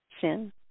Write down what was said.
sin